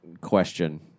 question